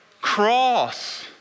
Cross